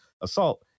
assault